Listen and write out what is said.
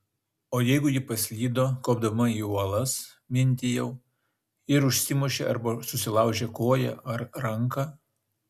o jeigu ji paslydo kopdama į uolas mintijau ir užsimušė arba susilaužė koją ar ranką